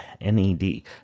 N-E-D